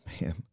Man